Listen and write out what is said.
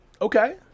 Okay